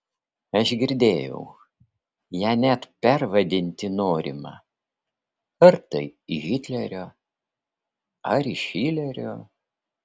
aš girdėjau ją net pervadinti norima ar tai į hitlerio ar į šilerio